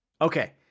okay